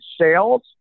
sales